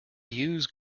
use